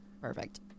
Perfect